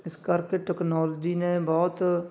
ਇਸ ਕਰਕੇ ਟੈਕਨੋਲਜੀ ਨੇ ਬਹੁਤ